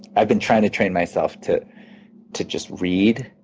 i've been trying to train myself to to just read,